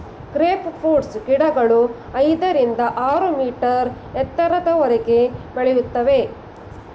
grape fruits ಗಿಡಗಳು ಐದರಿಂದ ಆರು ಮೀಟರ್ ಎತ್ತರದವರೆಗೆ ಬೆಳೆಯುತ್ತವೆ